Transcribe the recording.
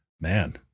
Man